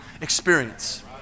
experience